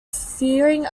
fearing